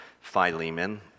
Philemon